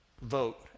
Vote